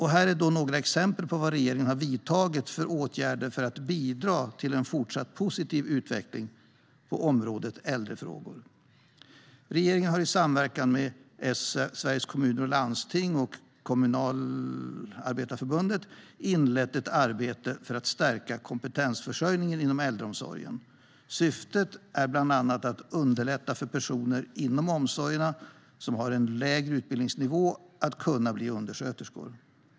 Här är några exempel på åtgärder som regeringen har vidtagit för att bidra till en fortsatt positiv utveckling på området äldrefrågor: Regeringen har i samverkan med Sveriges Kommuner och Landsting och Kommunalarbetareförbundet inlett ett arbete för att stärka kompetensförsörjningen inom äldreomsorgen. Syftet är bland annat att underlätta för personer inom omsorgen som har en lägre utbildningsnivå att kunna bli undersköterskor.